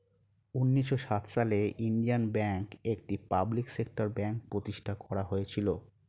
উন্নিশো সাত সালে ইন্ডিয়ান ব্যাঙ্ক, একটি পাবলিক সেক্টর ব্যাঙ্ক প্রতিষ্ঠান করা হয়েছিল